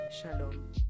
Shalom